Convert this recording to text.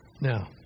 Now